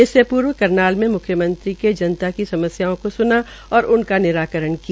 इससे पूर्व करनाल में मुख्यमंत्री ने जनता की समस्याओं को सुना और उनका निराकरण किया